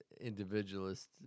individualist